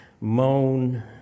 moan